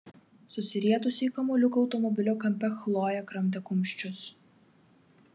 susirietusi į kamuoliuką automobilio kampe chlojė kramtė kumščius